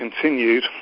continued